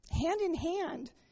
hand-in-hand